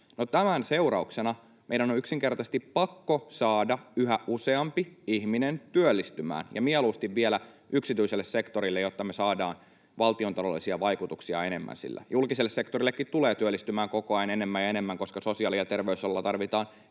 Tämän seurauksena meidän on yksinkertaisesti pakko saada yhä useampi ihminen työllistymään ja mieluusti vielä yksityiselle sektorille, jotta me saadaan sillä valtiontaloudellisia vaikutuksia enemmän. Julkiselle sektorillekin tulee työllistymään koko ajan enemmän ja enemmän, koska sosiaali‑ ja terveysalalla tarvitaan